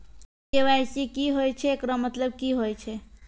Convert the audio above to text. KYC की होय छै, एकरो मतलब की होय छै?